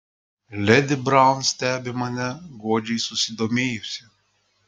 ledi braun stebi mane godžiai susidomėjusi